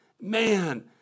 Man